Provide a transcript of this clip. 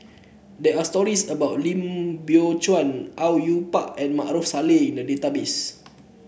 there are stories about Lim Biow Chuan Au Yue Pak and Maarof Salleh in the database